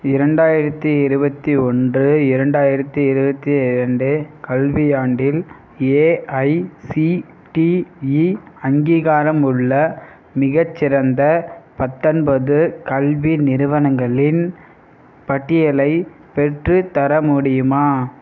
இரண்டாயிரத்தி இருபத்தி ஒன்று இரண்டாயிரத்தி இருபத்தி ரெண்டு கல்வியாண்டில் ஏஐசிடிஇ அங்கீகாரமுள்ள மிகச்சிறந்த பத்தொன்பது கல்வி நிறுவனங்களின் பட்டியலைப் பெற்றுத்தர முடியுமா